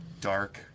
dark